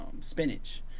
spinach